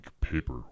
paper